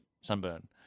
sunburn